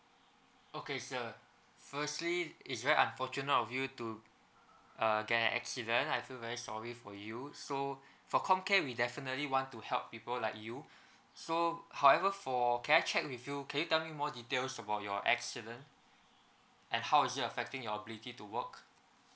okay sir firstly it's very unfortunate of you to uh get an accident I feel very sorry for you so for com care we definitely want to help people like you so however for can I check with you can you tell me more details about your accident and how is it affecting your ability to work